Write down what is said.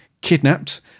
kidnapped